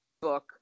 book